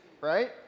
right